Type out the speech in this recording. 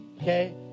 Okay